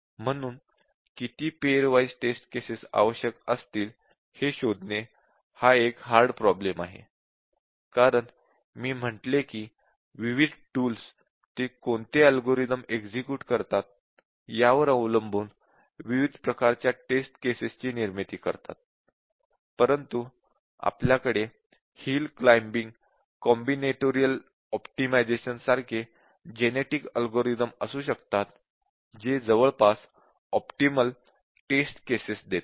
म्हणून किती pairwise test cases आवश्यक असतील हे शोधणे हा एक हार्ड प्रॉब्लेम आहे कारण मी म्हटले की विविध टूल्स ते कोणते अल्गोरिदम एक्झिक्युट करतात यावर अवलंबून विविध प्रकारच्या टेस्ट केसेस ची निर्मिती करतात परंतु नंतर आपल्याकडे हिल क्लाइंबिंग कॉम्बिनेटरियल ऑप्टिमायझेशन सारखे जेनेटिक अल्गोरिदम असू शकतात जे जवळपास ऑप्टिमल टेस्ट केसेस देतात